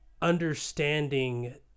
understanding